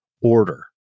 order